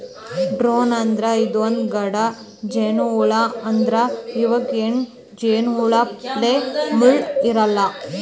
drone ಅಂದ್ರ ಇದೊಂದ್ ಗಂಡ ಜೇನಹುಳಾ ಆದ್ರ್ ಇವಕ್ಕ್ ಹೆಣ್ಣ್ ಜೇನಹುಳಪ್ಲೆ ಮುಳ್ಳ್ ಇರಲ್ಲಾ